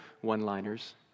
one-liners